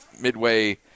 Midway